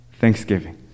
thanksgiving